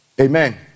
amen